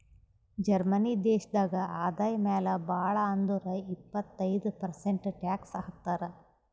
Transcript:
Germany ದೇಶನಾಗ್ ಆದಾಯ ಮ್ಯಾಲ ಭಾಳ್ ಅಂದುರ್ ಇಪ್ಪತ್ತೈದ್ ಪರ್ಸೆಂಟ್ ಟ್ಯಾಕ್ಸ್ ಹಾಕ್ತರ್